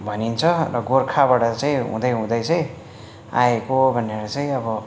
भनिन्छ र गोर्खाबाट चाहिँ हुँदै हुँदै चाहिँ आएको भनेर चाहिँ अब